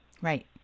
Right